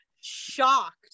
shocked